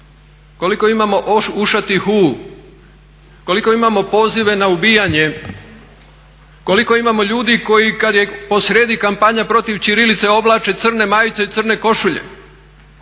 Koliko imamo ušatih U, koliko imamo pozive na ubijanje, koliko imamo ljudi koji kada je posrijedi kampanja protiv ćirilice oblače crne majice i crne košulje?